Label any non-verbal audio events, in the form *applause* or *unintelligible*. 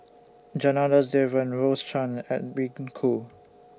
Janadas Devan Rose Chan Edwin *unintelligible* Koo